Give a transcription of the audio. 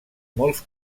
molts